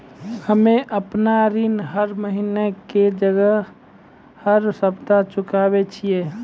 हम्मे आपन ऋण हर महीना के जगह हर सप्ताह चुकाबै छिये